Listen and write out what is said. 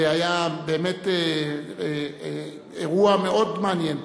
והיה באמת אירוע מאוד מעניין.